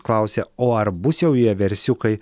klausė o ar bus jau vieversiukai